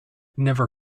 never